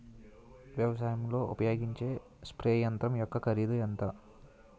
వ్యవసాయం లో ఉపయోగించే స్ప్రే యంత్రం యెక్క కరిదు ఎంత?